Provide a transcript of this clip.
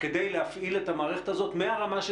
כדי להפעיל את המערכת הזאת מהרמה של